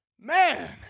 man